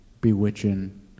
bewitching